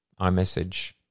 iMessage